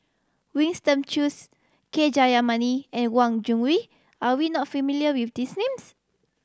Winston Choos K Jayamani and Wang Gungwu are you not familiar with these names